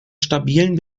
stabilen